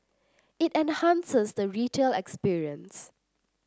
it enhances the retail experience